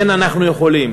כן, אנחנו יכולים.